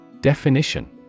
Definition